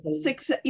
six